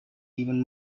even